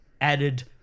added